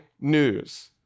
news